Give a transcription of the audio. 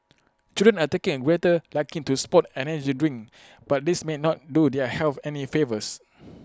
children are taking A greater liking to sports and energy drinks but these may not do their health any favours